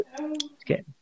Okay